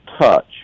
touch